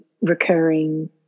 recurring